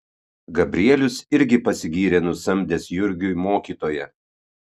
gabrielius irgi pasigyrė nusamdęs jurgiui mokytoją